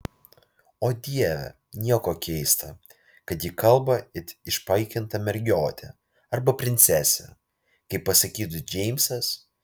o dieve nieko keista kad ji kalba it išpaikinta mergiotė arba princesė kaip pasakytų džeimsas